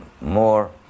more